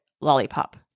lollipop